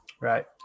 Right